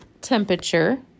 temperature